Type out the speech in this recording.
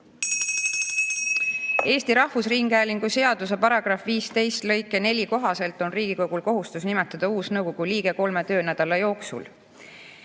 Eesti Rahvusringhäälingu seaduse § 15 lõike 4 kohaselt on Riigikogul kohustus nimetada uus nõukogu liige kolme töönädala jooksul.